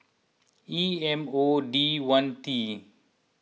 E M O D one T